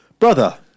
Brother